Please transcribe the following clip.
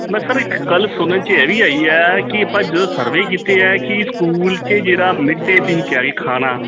ਮੈਂ ਸਰ ਇੱਕ ਗੱਲ ਸੁਣਨ 'ਚ ਇਹ ਵੀ ਆਈ ਹੈ ਕਿ ਆਪਾਂ ਜਦੋਂ ਸਰਵੇ ਕੀਤੇ ਆ ਕਿ ਸਕੂਲ 'ਚ ਜਿਹੜਾ ਮਿੱਡੇ ਤੁਸੀਂ ਕਿਹਾ ਜੀ ਖਾਣਾ